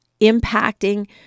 impacting